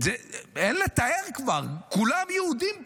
כבר אין לתאר, כולם יהודים פה.